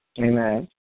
Amen